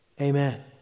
amen